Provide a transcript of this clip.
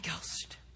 Ghost